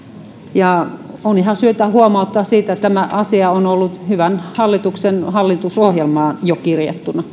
ja on ihan syytä huomauttaa siitä että tämä asia on ollut hyvän hallituksen hallitusohjelmaan kirjattuna